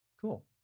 Cool